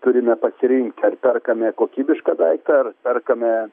turime pasirinkti ar perkame kokybišką daiktą ar perkame